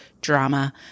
drama